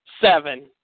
seven